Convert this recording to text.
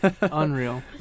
Unreal